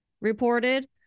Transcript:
reported